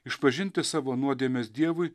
išpažinti savo nuodėmes dievui